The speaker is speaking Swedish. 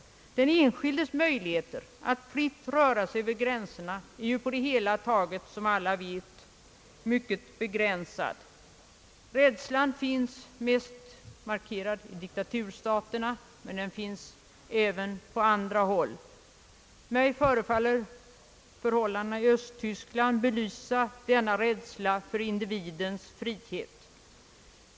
Den enskildes möjligheter att fritt röra sig över gränserna är ju på det hela taget, som alla vet, mycket begränsad. Rädslan finns mest markerad i diktaturstaterna, men den finns även på andra håll. Mig förefaller förhållandena i Östtyskland belysa denna rädsla för individens frihet.